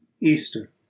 easter